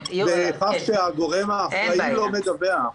בכך שהגורם האחראי לא מדווח.